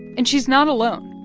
and she's not alone.